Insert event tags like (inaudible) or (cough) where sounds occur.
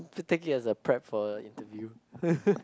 just take it as a prep for interview (laughs)